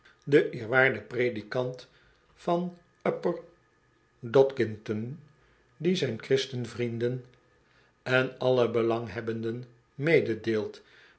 den eerwaarden predikant van upper dodgington die zijn christen vrienden en allen belanghebbenden mededeelt